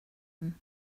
them